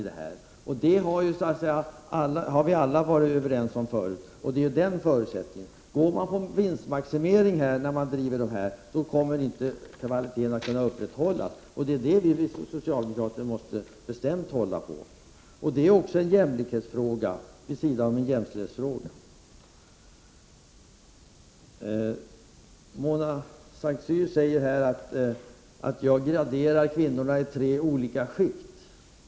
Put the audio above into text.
Det har ju alla varit överens om förut, och det är vår förutsättning. Driver man daghem med vinstmaximering så kommer inte kvaliteten att kunna upprätthållas, och den måste vi socialdemokrater bestämt hålla på. Det är också en jämlikhetsfråga, vid sidan om en jämställdhetsfråga. Mona Saint Cyr säger att jag graderar kvinnorna i tre olika skikt.